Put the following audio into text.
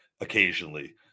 Occasionally